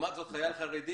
לעומת זאת, חייל חרדי